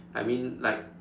I mean like